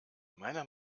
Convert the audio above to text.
meiner